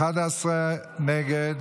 11 נגד.